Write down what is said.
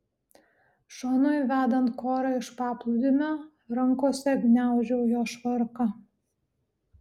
šonui vedant korą iš paplūdimio rankose gniaužau jo švarką